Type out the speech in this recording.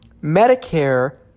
Medicare